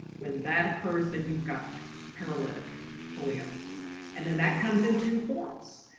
when that occurs then you've got paralytic polio and then that comes in two forms.